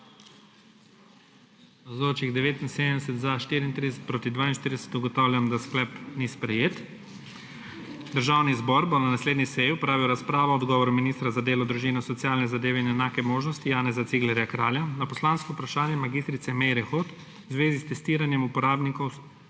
glasovalo 34.) (Proti 42.) Ugotavljam, da sklep ni sprejet Državni zbor bo na naslednji seji opravil razpravo o odgovoru ministra za delo, družino, socialne zadeve in enake možnosti Janeza Ciglerja Kralja na poslansko vprašanje mag. Meire Hot v zvezi s testiranjem uporabnikov